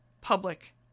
public